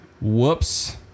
Whoops